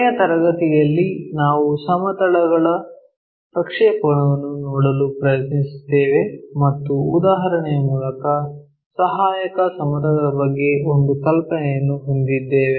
ಕೊನೆಯ ತರಗತಿಯಲ್ಲಿ ನಾವು ಸಮತಲಗಳ ಪ್ರಕ್ಷೇಪಣವನ್ನು ನೋಡಲು ಪ್ರಯತ್ನಿಸುತ್ತೇವೆ ಮತ್ತು ಉದಾಹರಣೆಯ ಮೂಲಕ ಸಹಾಯಕ ಸಮತಲಗಳ ಬಗ್ಗೆ ಒಂದು ಕಲ್ಪನೆಯನ್ನು ಹೊಂದಿದ್ದೇವೆ